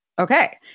Okay